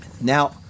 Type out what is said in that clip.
Now